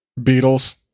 Beatles